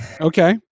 Okay